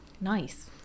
Nice